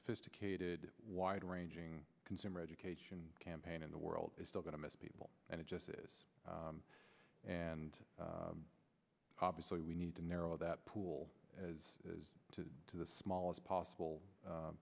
sophisticated wide ranging consumer education campaign in the world is still going to miss people and it just is and obviously we need to narrow that pool as to the smallest possible